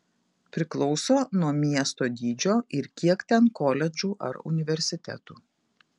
priklauso nuo miesto dydžio ir kiek ten koledžų ar universitetų